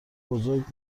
بزرگ